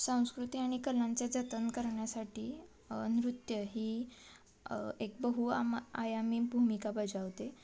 संस्कृती आणि कलांचे जतन करण्यासाठी नृत्य ही एक बहु आमा आयामी भूमिका बजावते